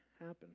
happen